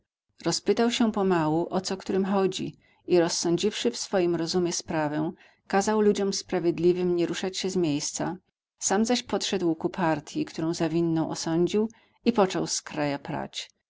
sąd rozpytał się pomału o co którym chodzi i rozsądziwszy w swym rozumie sprawę kazał ludziom sprawiedliwym nie ruszać się z miejsca sam zaś podszedł ku partii którą za winną osądził i począł z kraja prać